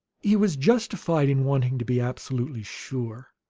he was justified in wanting to be absolutely sure.